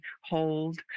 hold